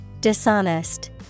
Dishonest